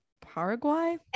paraguay